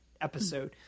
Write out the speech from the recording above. episode